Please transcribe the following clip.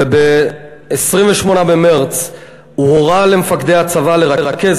וב-28 במרס הוא הורה למפקדי הצבא לרכז